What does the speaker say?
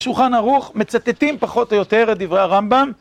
שולחן ערוך מצטטים פחות או יותר את דברי הרמב״ם.